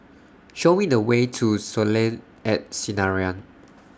Show We The Way to Soleil At Sinaran